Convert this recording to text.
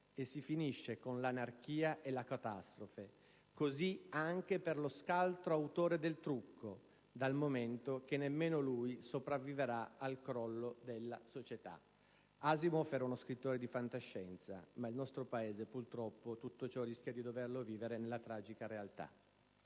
e si finisce con l'anarchia e la catastrofe, così, anche per lo scaltro autore del trucco, dal momento che nemmeno lui sopravviverà al crollo della società». Asimov era uno scrittore di fantascienza, ma il nostro Paese purtroppo tutto ciò rischia di doverlo vivere nella tragica realtà.